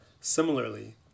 Similarly